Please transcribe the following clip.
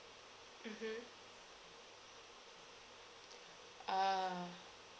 mmhmm uh